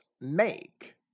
make